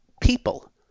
people